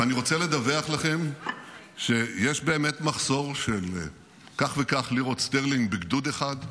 ואני רוצה לדווח לכם שיש באמת מחסור של כך וכך ליש"ט בגדוד אחד,